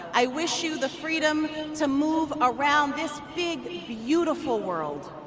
i wish you the freedom to move around this big beautiful world.